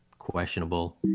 Questionable